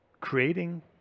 creating